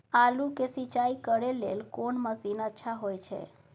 आलू के सिंचाई करे लेल कोन मसीन अच्छा होय छै?